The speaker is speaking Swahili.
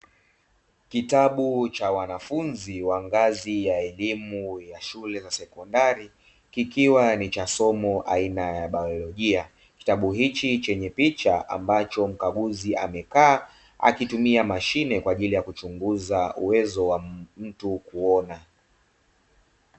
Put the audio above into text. Kitabu cha wanafunzi wa ngazi ya elimu ya shule za sekondari kikiwa ni cha somo aina ya baiolojia, kitabu hichi chenye picha ambacho mkaguzi amekaa akitumia mashine kwa ajili ya kuchunguza uwezo wa mtu kuona.